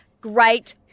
Great